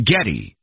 Getty